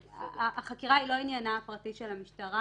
החקירה היא לא עניינה הפרטי של המשטרה,